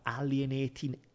alienating